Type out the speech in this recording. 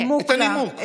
אכן, את הנימוק.